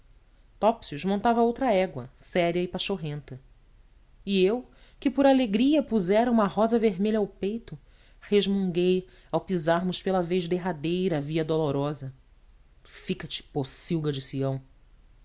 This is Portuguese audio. sacristão topsius montava outra égua séria e pachorrenta e eu que por alegria pusera uma rosa vermelha ao peito resmunguei ao pisarmos pela vez derradeira a viadolorosa fica-te pocilga de sião